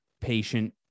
patient